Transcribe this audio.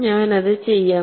ഞാൻ അത് ചെയ്യാം